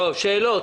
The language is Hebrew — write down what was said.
שאלות.